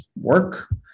work